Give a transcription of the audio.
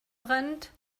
brennt